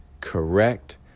correct